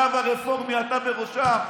הרב הרפורמי, אתה בראשם,